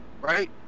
right